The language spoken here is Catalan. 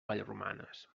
vallromanes